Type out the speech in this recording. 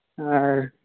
ᱟᱨ